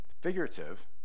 figurative